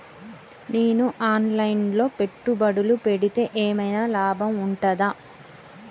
నేను online లో పెట్టుబడులు పెడితే ఏమైనా లాభం ఉంటదా?